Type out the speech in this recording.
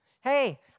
Hey